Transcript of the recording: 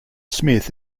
smith